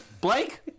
Blake